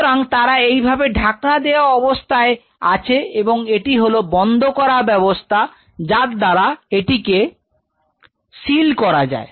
সুতরাং তারা এই ভাবে ঢাকনা দেওয়া অবস্থায় আছে এবং এটি হলো বন্ধ করা ব্যবস্থা যার দ্বারা এটিকে সিল করা যায়